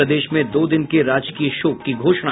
प्रदेश में दो दिन के राजकीय शोक की घोषणा